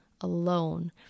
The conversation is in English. alone